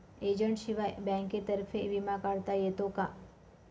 एजंटशिवाय बँकेतर्फे विमा काढता येतो का?